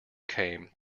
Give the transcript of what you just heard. came